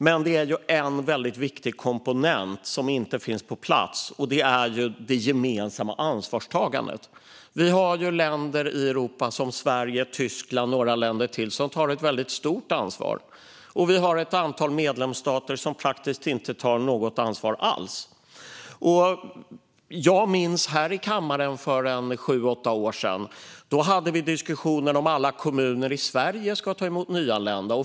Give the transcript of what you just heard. Men en väldigt viktig komponent finns inte på plats, och det är ju det gemensamma ansvarstagandet. Det finns länder i Europa, som Sverige, Tyskland och några länder till, som tar ett väldigt stort ansvar. Vi har även ett antal medlemsstater som praktiskt taget inte tar något ansvar alls. För sju åtta år sedan hade vi en diskussion här i kammaren om alla kommuner i Sverige skulle ta emot nyanlända.